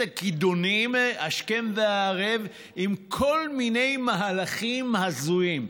הכידונים השכם והערב עם כל מיני מהלכים הזויים,